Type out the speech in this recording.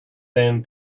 them